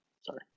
Sorry